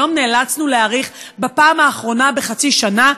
היום נאלצנו להאריך בפעם האחרונה בחצי שנה.